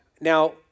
Now